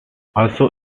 also